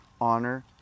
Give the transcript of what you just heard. honor